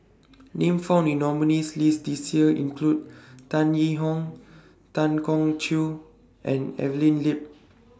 Names found in nominees' list This Year include Tan Yee Hong Tan Keong Choon and Evelyn Lip